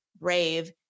brave